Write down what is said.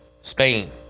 Spain